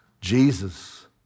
Jesus